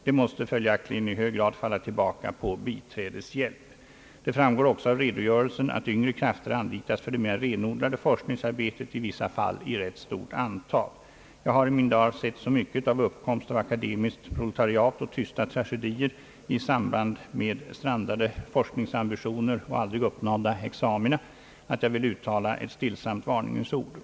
De måste följaktligen i hög grad falla tillbaka på biträdeshjälp. Det framgår också av redogörelsen att yngre krafter anlitas för det mera renodlade forskningsarbetet, i vissa fall i rätt stort antal. Jag har i mina dagar sett så mycket av uppkomst av akademiskt proletariat och tysta tragedier i samband med strandade forskningsambitioner och aldrig uppnådda examina, att jag vill uttala ett stillsamt varningens ord.